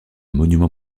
monument